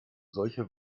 solche